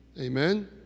Amen